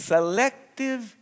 Selective